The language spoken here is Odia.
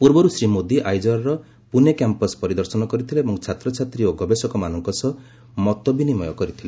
ପୂର୍ବରୁ ଶ୍ରୀ ମୋଦି ଆଇଜରର ପୁନେ କ୍ୟାମ୍ପସ ପରିଦର୍ଶନ କରିଥିଲେ ଏବଂ ଛାତ୍ରଛାତ୍ରୀ ଓ ଗବେଷକମାନଙ୍କ ସହ ମତ ବିନିମୟ କରିଥିଲେ